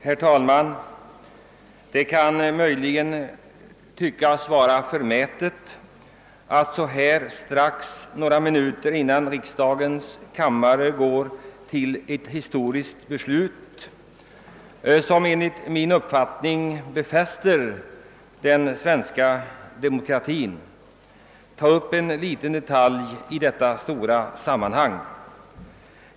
Herr talman! Det kan möjligen synas förmätet att så här några minuter innan riksdagens kamrar går att fatta ett historiskt beslut, som enligt min mening befäster den svenska demokratin, ta upp en liten detalj i detta stora sammanhang.